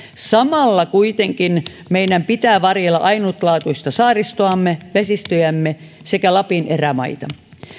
samalla kuitenkin meidän pitää varjella ainutlaatuista saaristoamme vesistöjämme sekä lapin erämaita